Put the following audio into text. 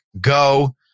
Go